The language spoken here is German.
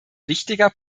wichtiger